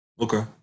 Okay